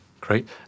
Great